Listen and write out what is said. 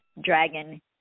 dragon